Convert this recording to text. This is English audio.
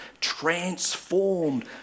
transformed